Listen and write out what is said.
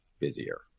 busier